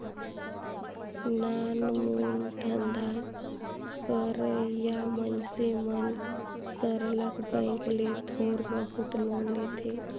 नानमुन धंधा करइया मइनसे मन सरलग बेंक ले थोर बहुत लोन लेथें